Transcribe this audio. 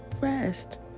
Rest